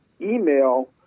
email